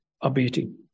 abating